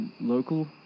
local